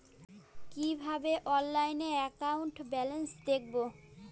কিভাবে অনলাইনে account balance দেখবো?